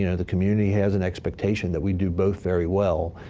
you know the community has an expectation that we do both very well.